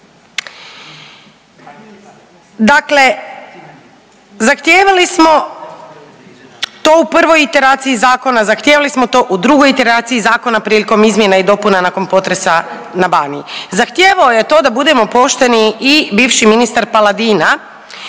Dakle, zahtijevali smo to u prvoj iteraciji zakona, zahtijevali smo to u drugoj iteraciji zakona prilikom izmjena i dopuna nakon potresa na Baniji. Zahtijevao je to da budemo pošteni i bivši ministar Paladina,